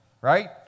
right